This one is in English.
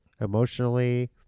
emotionally